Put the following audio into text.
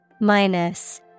Minus